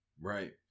Right